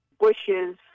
bushes